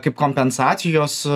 kaip kompensacijos